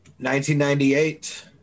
1998